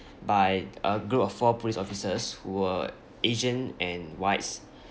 by a group of four police officers who were asian and whites